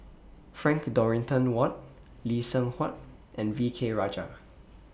Frank Dorrington Ward Lee Seng Huat and V K Rajah